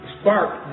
spark